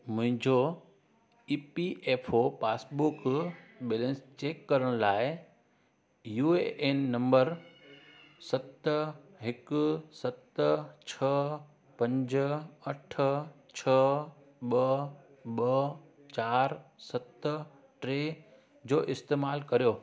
मुंहिंजो E P F O passbook balance check करणु लाइ यू ए एन नंबर सत हिकु सत छह पंज अठ छह ॿ ॿ चारि सत टे जो इस्तेमालु कयो